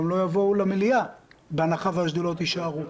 לא יבואו למליאה בהנחה והשדולות יישארו.